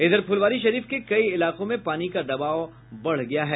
इधर फुलवारीशरीफ के कई इलाकों में पानी का दबाव बढ़ गया है